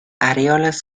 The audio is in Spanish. areolas